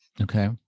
Okay